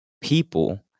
people